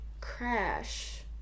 crash